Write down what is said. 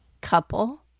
Couple